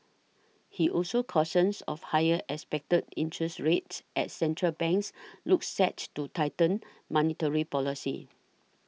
he also cautioned of higher expected interest rates as central banks look set to tighten monetary policy